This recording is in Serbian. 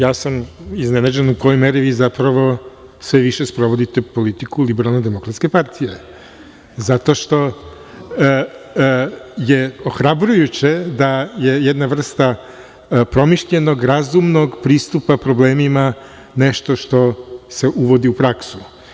Ja sam iznenađen u kojoj meri vi zapravo sve više sprovodite politiku LDP, zato što je ohrabrujuće da je jedna vrsta promišljenog, razumnog pristupa problemima nešto što se uvodi u praksu.